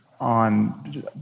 on